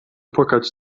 płakać